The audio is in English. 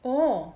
orh